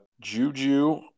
Juju